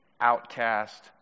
outcast